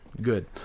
Good